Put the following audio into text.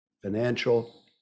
financial